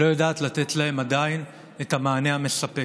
לא יודעת לתת להם עדיין את המענה המספק.